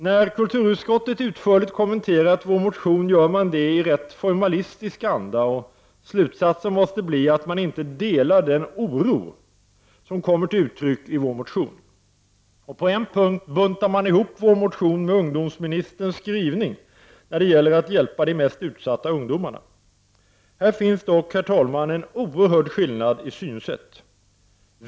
När kulturutskottet utförligt kommenterar vår motion gör man det i en rätt formalistisk anda, och slutsatsen måste bli att man inte delar den oro som kommer till uttryck i vår motion. På en punkt, när det gäller att hjälpa de mest utsatta ungdomarna, buntar man ihop vår motion med ungdomsministerns skrivning. Här finns dock en oerhörd skillnad i synsätt.